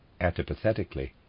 antipathetically